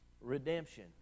redemption